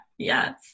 Yes